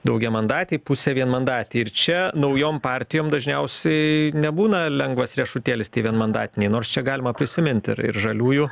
daugiamandatėj pusę vienmandatėj ir čia naujom partijom dažniausiai nebūna lengvas riešutėlis tie vienmandatiniai nors čia galima prisimint ir ir žaliųjų